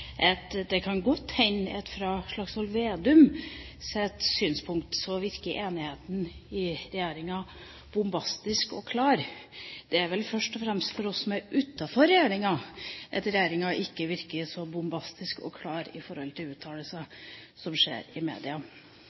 Det kan godt hende at fra Slagsvold Vedums synspunkt virker enigheten i regjeringa bombastisk og klar. Det er vel først og fremst for oss som er utenfor regjeringa at regjeringa ikke virker så bombastisk og klar når det gjelder uttalelser som gis i media.